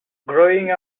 growing